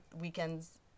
weekends